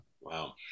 Wow